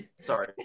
Sorry